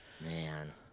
Man